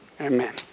Amen